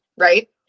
Right